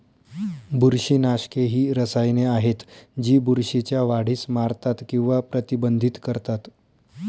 बुरशीनाशके ही रसायने आहेत जी बुरशीच्या वाढीस मारतात किंवा प्रतिबंधित करतात